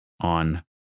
on